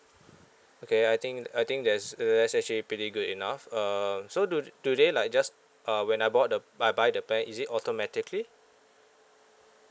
okay I think I think that's uh that's actually pretty good enough uh so do do they like just uh when I bought the I buy the plan is it automatically